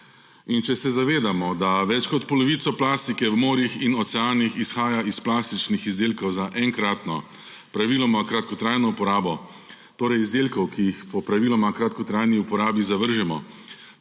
In če se zavedamo, da več kot polovico plastike v morjih in oceanih izhaja iz plastičnih izdelkov za enkratno, praviloma kratkotrajno uporabo, torej izdelkov, ki jih po praviloma kratkotrajni uporabi zavržemo,